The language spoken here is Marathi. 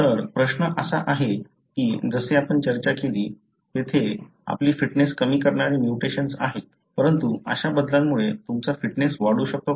तर प्रश्न असा आहे की जसे आपण चर्चा केली तेथे आपली फिटनेस कमी करणारे म्युटेशन्स आहेत परंतु अशा बदलामुळे तुमचा फिटनेस वाढू शकतो का